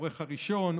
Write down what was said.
העורך הראשון,